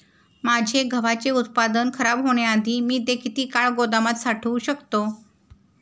माझे गव्हाचे उत्पादन खराब होण्याआधी मी ते किती काळ गोदामात साठवू शकतो?